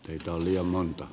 teitä on liian monta